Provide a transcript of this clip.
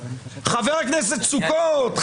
חבר הכנסת סוכות,